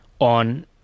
on